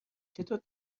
چطور